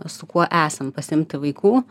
su kuo esam pasiimti vaikų